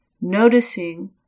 noticing